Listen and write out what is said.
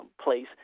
Place